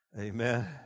Amen